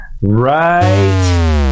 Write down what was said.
right